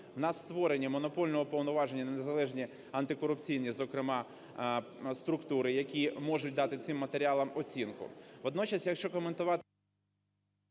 у нас створені монопольно уповноважені незалежні антикорупційні, зокрема, структури, які можуть дати цим матеріалам оцінку.